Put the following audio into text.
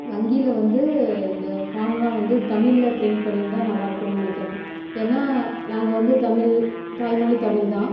வங்கியில் வந்து இந்த ஃபார்ம் லான் வந்து தமிழில் ப்ரிண்ட் பண்ணியிருந்தா நல்லாயிருக்குன்னு நினைக்கிறோம் ஏன்னால் நாங்கள் வந்து தமிழ் தாய்மொழி தமிழ் தான்